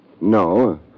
No